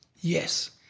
Yes